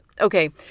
Okay